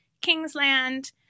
Kingsland